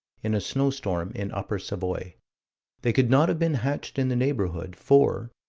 in a snowstorm, in upper savoy they could not have been hatched in the neighborhood, for,